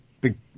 big